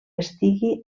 estigui